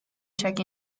check